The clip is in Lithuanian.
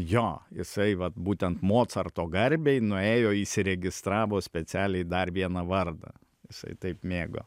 jo jisai vat būtent mocarto garbei nuėjo įsiregistravo specialiai dar vieną vardą jisai taip mėgo